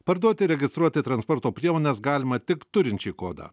parduoti registruoti transporto priemones galima tik turinčiai kodą